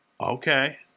Okay